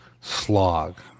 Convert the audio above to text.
slog